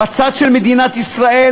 בצד של מדינת ישראל,